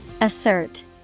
Assert